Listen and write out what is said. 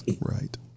right